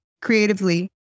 creatively